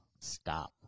Stop